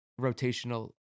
rotational